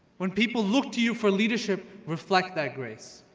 when people look to you for leadership, reflect that grace.